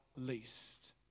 least